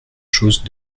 chose